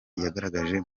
yagaragaje